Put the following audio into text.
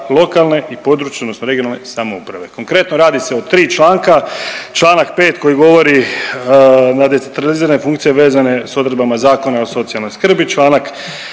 lokalne i područne odnosno regionalne samouprave. Konkretno radi se o tri članka, čl. 5. koji govori na decentralizirane funkcije vezane s odredbama Zakona o socijalnoj skrbi, čl.